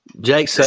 Jake